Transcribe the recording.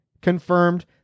confirmed